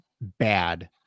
bad